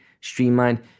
streamlined